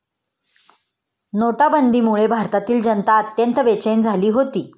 नोटाबंदीमुळे भारतातील जनता अत्यंत बेचैन झाली होती